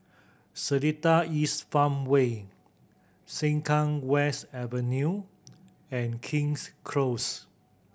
Seletar East Farmway Sengkang West Avenue and King's Close